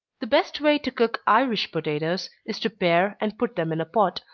the best way to cook irish potatoes, is to pare and put them in a pot,